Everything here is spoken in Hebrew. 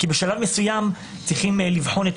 כי בשלב מסוים צריכים לבחון את